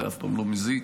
זה אף פעם לא מזיק.